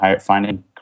finding